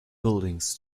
buildings